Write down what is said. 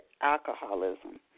alcoholism